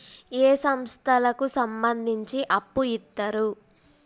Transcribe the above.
ఏ సంస్థలకు సంబంధించి అప్పు ఇత్తరు?